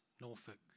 Norfolk